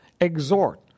Exhort